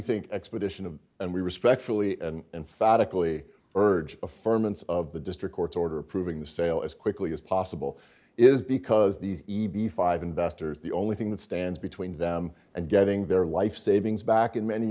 think expedition of and we respectfully and phatak lee urged a firm and of the district court's order approving the sale as quickly as possible is because these five investors the only thing that stands between them and getting their life savings back in many